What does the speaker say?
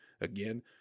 again